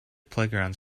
playgrounds